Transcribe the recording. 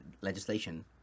legislation